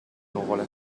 nuvole